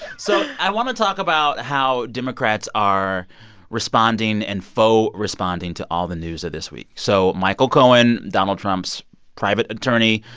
so i want to talk about how democrats are responding and faux so responding to all the news of this week. so michael cohen, donald trump's private attorney,